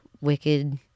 wicked